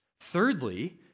Thirdly